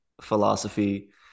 philosophy